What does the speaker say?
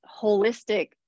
holistic